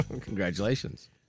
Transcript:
Congratulations